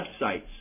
websites